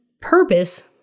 Purpose